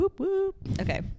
Okay